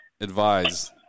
advise